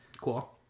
Cool